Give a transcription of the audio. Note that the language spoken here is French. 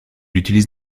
utilise